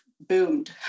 boomed